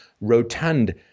rotund